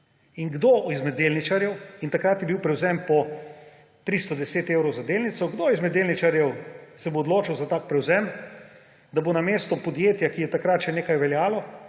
še danes ne. Takrat je bil prevzem po 310 evrov za delnico. In kdo izmed delničarjev se bo odločil za tak prevzem, da bo namesto podjetja, ki je takrat še nekaj veljalo;